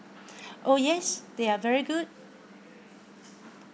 oh yes they are very good